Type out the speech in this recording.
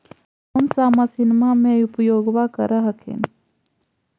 कौन सा मसिन्मा मे उपयोग्बा कर हखिन?